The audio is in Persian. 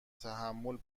تحمل